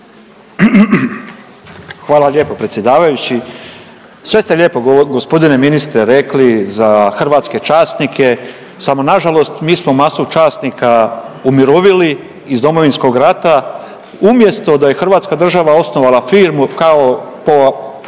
Hvala lijepo predsjedavajući. Sve ste lijepo gospodine ministre rekli za hrvatske časnike, samo nažalost mi smo masu časnika umirovili iz Domovinskog rata umjesto da je hrvatska država osnovala firmu kao po